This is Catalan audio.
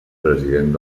president